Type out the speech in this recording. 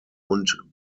und